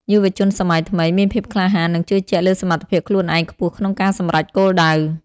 យុវជនសម័យថ្មីមានភាពក្លាហាន និងជឿជាក់លើសមត្ថភាពខ្លួនឯងខ្ពស់ក្នុងការសម្រេចគោលដៅ។